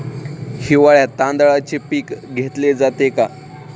हिवाळ्यात तांदळाचे पीक घेतले जाते का?